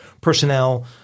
personnel